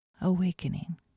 awakening